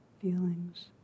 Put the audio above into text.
feelings